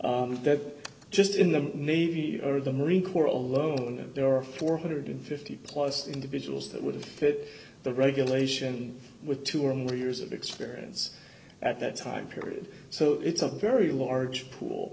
that just in the navy or the marine corps alone there are four hundred and fifty dollars plus individuals that would have fit the regulation with two or more years of experience at that time period so it's a very large pool